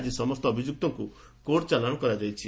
ଆକି ସମସ୍ତ ଅଭିଯୁକ୍ତଙ୍କୁ କୋର୍ଟ ଚାଲାଣ କରାଯାଇଛି